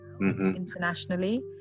internationally